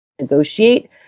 negotiate